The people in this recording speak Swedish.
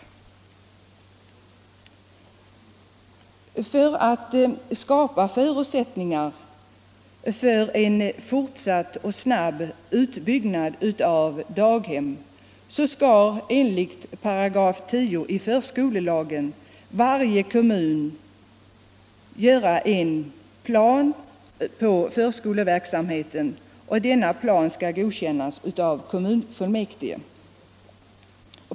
För att skapa förutsättningar för en fortsatt och snabb utbyggnad av daghemmen skall enligt 10 § förskolelagen i varje kommun finnas en plan för förskoleverksamheten, och denna plan skall antagas av kommunfullmäktige.